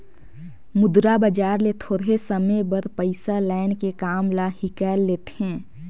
मुद्रा बजार ले थोरहें समे बर पइसा लाएन के काम ल हिंकाएल लेथें